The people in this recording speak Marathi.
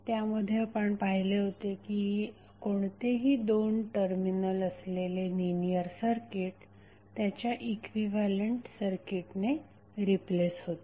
त्यामध्ये पाहिले की कोणतेही दोन टर्मिनल असलेले लिनियर सर्किट त्याच्या इक्विव्हॅलेंट सर्किटने रिप्लेस होते